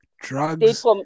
drugs